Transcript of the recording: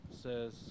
says